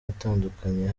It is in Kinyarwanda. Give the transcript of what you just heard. atandukanye